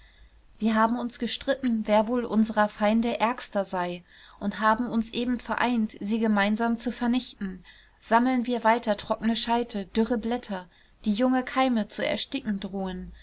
wir haben uns gestritten wer wohl unserer feinde ärgster sei und haben uns eben vereint sie gemeinsam zu vernichten sammeln wir weiter trockene scheite dürre blätter die junge keime zu ersticken drohen